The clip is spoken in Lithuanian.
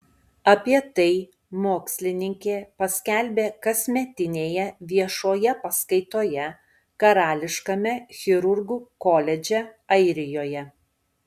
apie tai mokslininkė paskelbė kasmetinėje viešoje paskaitoje karališkame chirurgų koledže airijoje